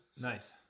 nice